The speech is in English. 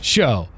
Show